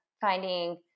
finding